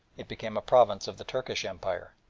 it became a province of the turkish empire.